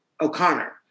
O'Connor